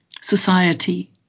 society